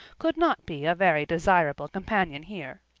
could not be a very desirable companion here.